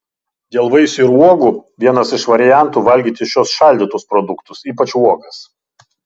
dėl vaisių ir uogų vienas iš variantų valgyti šiuos šaldytus produktus ypač uogas